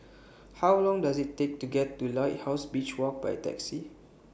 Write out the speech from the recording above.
How Long Does IT Take to get to Lighthouse Beach Walk By Taxi